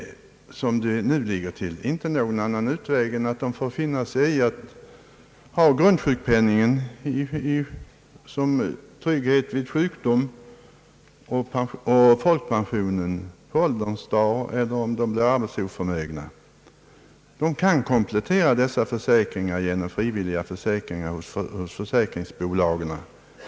Som det nu ligger till, finns det ingen annan utväg än att de får nöja sig med grundsjukpenningen vid sjukdom och folkpensionen på ålderns dagar eller dessförinnan om de blir arbetsoförmögna. De kan komplettera dessa försäkringar genom frivilliga försäkringar hos försäkringsbolagen.